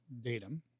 datum